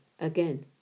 again